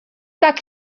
tak